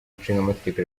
ishingamategeko